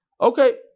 Okay